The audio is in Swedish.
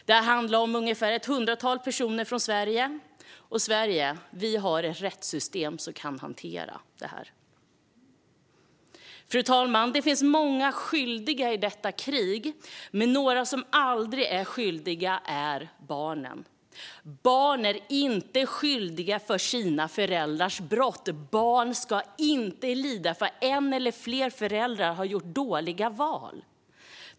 Det handlar om ett hundratal personer från Sverige, och i Sverige har vi ett rättssystem som kan hantera detta. Fru talman! Det finns många skyldiga i detta krig, men några som aldrig är skyldiga är barnen. Barn är inte skyldiga till sina föräldrars brott. Barn ska inte lida för att en eller flera föräldrar har gjort dåliga val.